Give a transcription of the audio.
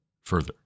further